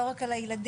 לא רק על הילדים,